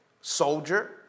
soldier